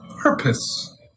purpose